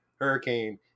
hurricane